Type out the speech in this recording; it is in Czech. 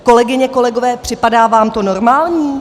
Kolegyně, kolegové, připadá vám to normální?